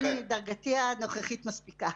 דרגתי הנוכחית מספיקה.